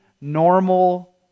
normal